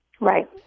Right